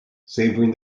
savouring